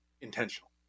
intentional